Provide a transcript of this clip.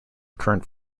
current